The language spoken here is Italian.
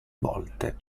volte